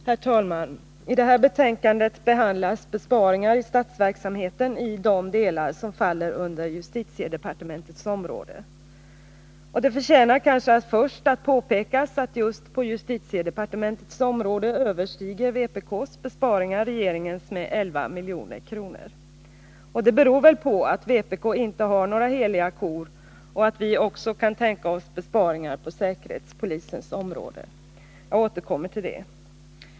Herr talman! I det här betänkandet behandlas besparingar i statsverksamheten i de delar som faller under justitiedepartementets område. Det förtjänar kanske först att påpekas att just på detta område överstiger vpk:s förslag till besparingar regeringens med 11 milj.kr. Det beror väl på att vpk inte har några heliga kor och att vi också kan tänka oss besparingar på säkerhetspolisens område. Jag återkommer till det.